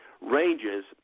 ranges